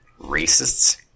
racists